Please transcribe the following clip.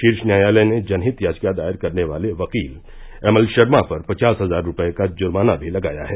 शीर्ष न्यायालय ने जनहित याचिका दायर करने वाले वकील एम एल शर्मा पर पचास हजार रूपये का जुर्माना भी लगाया है